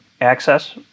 access